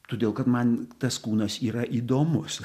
todėl kad man tas kūnas yra įdomus